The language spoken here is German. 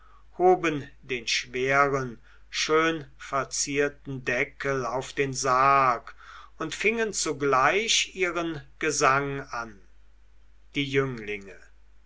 hoben den schweren schön verzierten deckel auf den sarg und fingen zugleich ihren gesang an die jünglinge